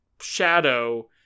shadow